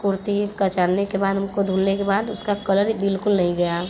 कुर्ती का चढ़ने के बाद उनको धुलने के बाद उसका कलर बिल्कुल नहीं गया